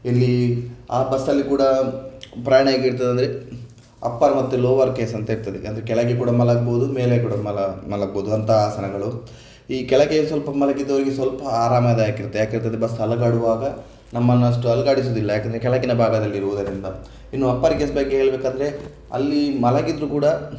ಇಲ್ಲಿ ಆ ಬಸ್ಸಲ್ಲಿ ಕೂಡ ಪ್ರಯಾಣ ಹೇಗಿರ್ತದಂದ್ರೆ ಅಪ್ಪರ್ ಮತ್ತು ಲೋವರ್ ಕೇಸ್ ಅಂತ ಇರ್ತದೆ ಅಂದರೆ ಕೆಳಗೆ ಕೂಡ ಮಲಗಬಹುದು ಮೇಲೆ ಕೂಡ ಮಲ ಮಲಗಬಹುದು ಅಂತಹ ಆಸನಗಳು ಈ ಕೆಳಗೆ ಸ್ವಲ್ಪ ಮಲಗಿದವರಿಗೆ ಸ್ವಲ್ಪ ಆರಾಮದಾಯಕ ಇರುತ್ತೆ ಯಾಕಂತಂದರೆ ಬಸ್ ಅಲುಗಾಡುವಾಗ ನಮ್ಮನ್ನು ಅಷ್ಟು ಅಲುಗಾಡಿಸುವುದಿಲ್ಲ ಯಾಕೆಂದರೆ ಕೆಳಗಿನ ಭಾಗದಲ್ಲಿ ಇರುವುದರಿಂದ ಇನ್ನು ಅಪ್ಪರ್ ಕೇಸ್ ಬಗ್ಗೆ ಹೇಳಬೇಕೆಂದರೆ ಅಲ್ಲಿ ಮಲಗಿದರೂ ಕೂಡ